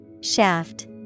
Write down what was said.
Shaft